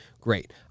great